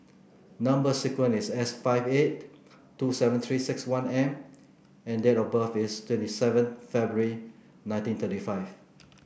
number sequence is S five eight two seven Three six one M and date of birth is twenty seven February nineteen thirty five